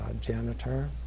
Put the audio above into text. janitor